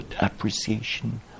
appreciation